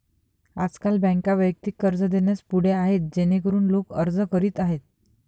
आजकाल बँका वैयक्तिक कर्ज देण्यास पुढे आहेत जेणेकरून लोक अर्ज करीत आहेत